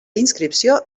inscripció